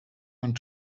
want